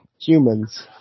humans